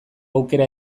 aukera